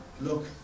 look